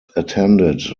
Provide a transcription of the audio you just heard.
attended